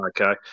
Okay